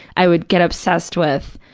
i would get obsessed with,